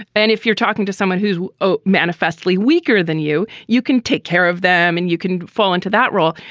and if you're talking to someone who's ah manifestly weaker than you, you can take care of them and you can fall into that role.